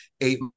eight